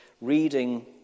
reading